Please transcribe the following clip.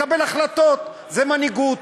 לקבל החלטות, זאת מנהיגות.